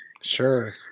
Sure